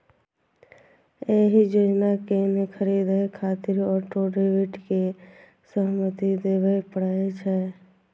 एहि योजना कें खरीदै खातिर ऑटो डेबिट के सहमति देबय पड़ै छै